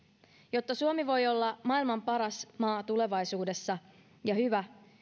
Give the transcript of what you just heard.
jotta suomi voi olla maailman paras maa tulevaisuudessa ja hyvä